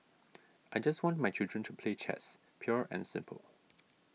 I just want my children to play chess pure and simple